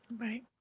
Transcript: Right